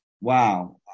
wow